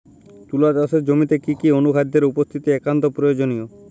তুলা চাষের জমিতে কি কি অনুখাদ্যের উপস্থিতি একান্ত প্রয়োজনীয়?